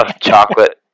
chocolate